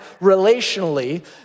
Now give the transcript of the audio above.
relationally